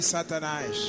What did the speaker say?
Satanás